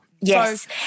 Yes